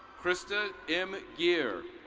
christa m geer.